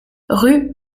rue